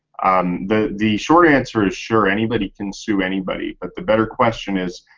um the the short answer is, sure, anybody can sue anybody. but the better question is,